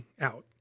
out